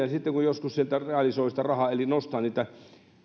ja sitten kun joskus sieltä realisoi sitä rahaa eli nostaa niitä